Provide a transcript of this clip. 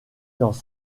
dans